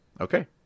Okay